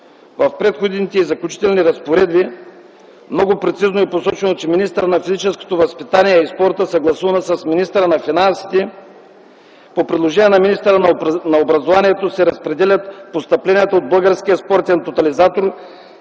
В Преходните и заключителните разпоредби много прецизно е посочено, че министърът на физическото възпитание и спорта, съгласувано с министъра на финансите, по предложение на министъра на образованието разпределят постъпленията от Българския спортен тотализатор